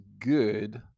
good